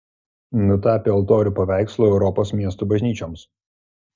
nutapė altorių paveikslų europos miestų bažnyčioms